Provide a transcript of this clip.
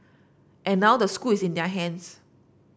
and now the school is in their hands